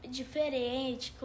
diferente